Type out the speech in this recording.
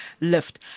lift